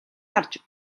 дарж